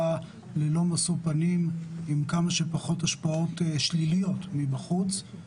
ללא משוא פנים עם כמה שפחות השפעות שליליות מבחוץ.